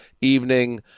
evening